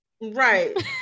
Right